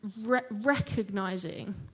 recognizing